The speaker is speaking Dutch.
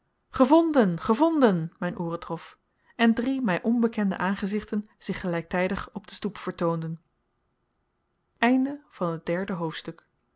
gevonden gevonden mijn ooren trof en drie mij onbekende aangezichten zich gelijktijdig op de stoep vertoonden vierde hoofdstuk